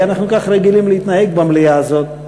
כי אנחנו כך רגילים להתנהג במליאה הזאת.